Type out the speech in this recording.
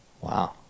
Wow